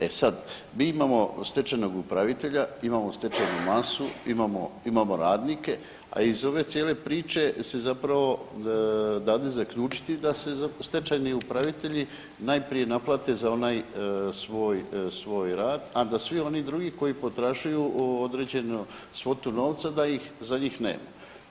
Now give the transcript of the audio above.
E sad, mi imamo stečajnog upravitelja, imamo stečajnu masu, imamo, imamo radnike, a iz ove cijele priče se zapravo dade zaključiti da se stečajni upravitelji najprije naplate za onaj svoj, svoj rad, a da svi oni drugi koji potražuju određenu svotu novca da ih za njih nema.